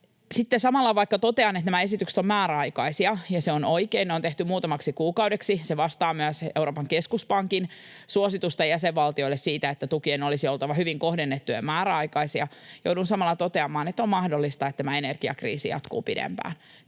asia erikseen. Vaikka totean, että nämä esitykset ovat määräaikaisia — ja se on oikein, ne on tehty muutamaksi kuukaudeksi, ja se vastaa myös Euroopan keskuspankin suositusta jäsenvaltioille siitä, että tukien olisi oltava hyvin kohdennettuja ja määräaikaisia — joudun samalla toteamaan, että on mahdollista, että tämä energiakriisi jatkuu pidempään.